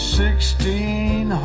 sixteen